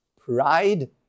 Pride